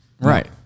Right